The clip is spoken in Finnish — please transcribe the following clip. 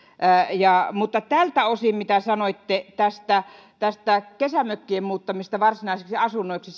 mutta sitä kohtaa mitä sanoitte tästä tästä kesämökkien muuttamisesta varsinaisiksi asunnoiksi